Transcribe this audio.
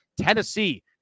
Tennessee